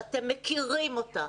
שאתם מכירים אותה,